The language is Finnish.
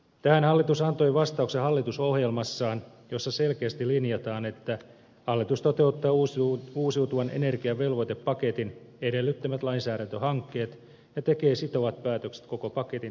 tähän hallitus antoi vastauksen hallitusohjelmassaan jossa selkeästi linjataan että hallitus toteuttaa uusiutuvan energian velvoitepaketin edellyttämät lainsäädäntöhankkeet ja tekee sitovat päätökset koko paketin tarvitsemasta rahoituksesta